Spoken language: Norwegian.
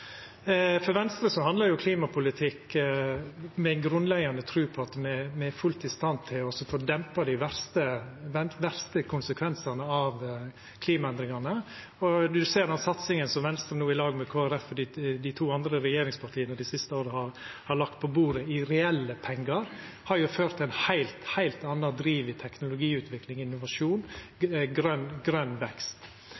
For Venstre handlar klimapolitikk om at me har ei grunnleggjande tru på at me er fullt i stand til å få dempa dei verste konsekvensane av klimaendringane. Ein ser at den satsinga som Venstre i lag med Kristeleg Folkeparti og dei to andre regjeringspartia dei siste åra har lagt på bordet i reelle pengar, har ført til ein heilt annan driv innan teknologiutvikling og innovasjon